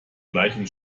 gleichen